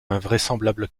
invraisemblable